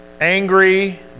angry